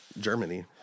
Germany